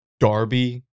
Darby